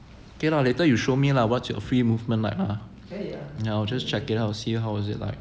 okay lah later you show me lah what's your free movement like ah you know just check it out see how is it like